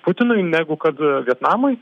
putinui negu kad vietnamui